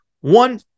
One